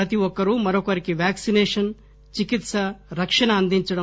ప్రతి ఒక్కరూ మరొకరికి వాక్సినేషన్ చికిత్ప రక్షణ అందించడం